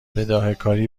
بداههکاری